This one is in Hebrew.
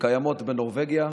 שקיימים בנורבגיה,